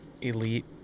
elite